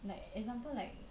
like example like